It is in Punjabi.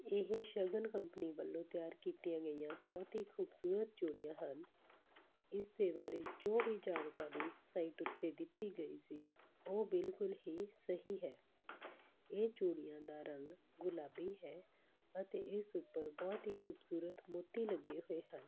ਇਹ ਸ਼ਗੁਨ ਕੰਪਨੀ ਵੱਲੋਂ ਤਿਆਰ ਕੀਤੀਆਂ ਗਈਆਂ ਬਹੁਤ ਹੀ ਖੂਬਸੂਰਤ ਚੂੜੀਆਂ ਹਨ ਇਸ ਦੇ ਬਾਰੇ ਜੋ ਵੀ ਜਾਣਕਾਰੀ ਸਾਈਟ ਉੱਤੇ ਦਿੱਤੀ ਗਈ ਸੀ ਉਹ ਬਿਲਕੁਲ ਹੀ ਸਹੀ ਹੈ ਇਹ ਚੂੜੀਆਂ ਦਾ ਰੰਗ ਗੁਲਾਬੀ ਹੈ ਅਤੇ ਇਸ ਉੱਪਰ ਬਹੁਤ ਹੀ ਖੂਬਸੂਰਤ ਮੋਤੀ ਲੱਗੇ ਹੋਏ ਹਨ